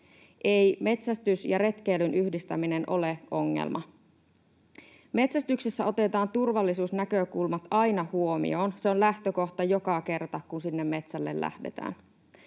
Ei metsästyksen ja retkeilyn yhdistäminen ole ongelma. Metsästyksessä otetaan turvallisuusnäkökulmat aina huomioon. Se on lähtökohta joka kerta, kun sinne metsälle lähdetään.